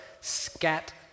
scat